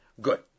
Good